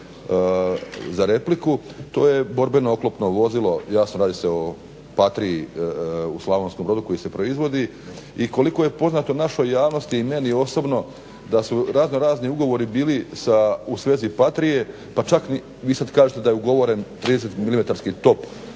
za repliku to je borbeno oklopno vozilo jasno radi se o Patriji u Slavonskom Brodu koji se proizvodi. I koliko je poznato našoj javnosti i meni osobno da su raznorazni ugovori bili u svezi Patrije pa čak vi sada kažete da je ugovoren 30mm top